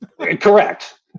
Correct